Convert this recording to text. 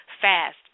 Fast